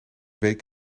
week